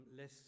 less